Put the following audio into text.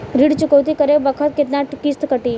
ऋण चुकौती करे बखत केतना किस्त कटी?